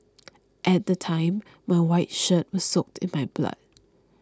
at the time my white shirt was soaked in my blood